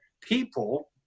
people